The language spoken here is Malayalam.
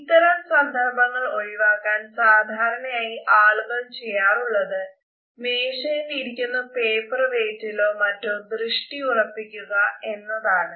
ഇത്തരം സന്ദർഭങ്ങൾ ഒഴിവാക്കാൻ സാധാരണയായി ആളുകൾ ചെയ്യാറുള്ളത് മേശയിൽ ഇരിക്കുന്ന പേപ്പർ വെയിറ്റിലോ മറ്റൊ ദൃഷ്ടി ഉറപ്പിക്കുക എന്നതാണ്